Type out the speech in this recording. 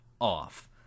off